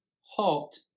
Halt